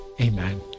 Amen